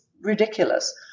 ridiculous